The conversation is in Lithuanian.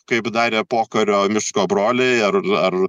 kaip darė pokario miško broliai ar ar